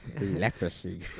Leprosy